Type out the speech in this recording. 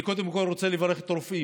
אני קודם כול רוצה לברך את הרופאים,